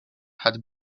had